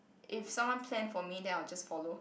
if someone plan for me then I will just follow